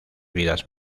vidas